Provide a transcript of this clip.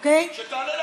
אוקיי, שתעלה להצבעה.